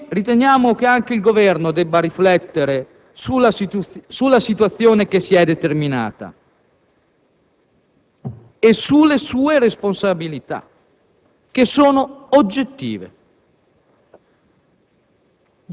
Noi riteniamo che anche il Governo debba riflettere sulla situazione che si è determinata e sulle sue responsabilità, che sono oggettive.